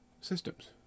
systems